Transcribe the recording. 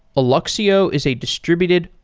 alluxio is a distributed,